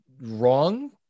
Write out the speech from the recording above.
wrong